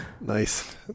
Nice